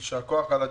יישר כוח על הדיון,